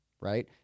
right